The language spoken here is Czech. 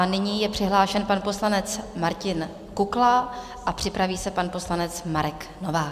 Nyní je přihlášen pan poslanec Martin Kukla a připraví se pan poslanec Marek Novák.